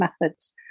methods